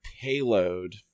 payload